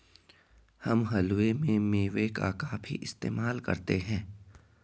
हम हलवे में मेवे का काफी इस्तेमाल करते हैं